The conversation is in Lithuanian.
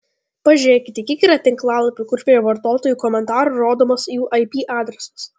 pažiūrėkite kiek yra tinklalapių kur prie vartotojų komentarų rodomas jų ip adresas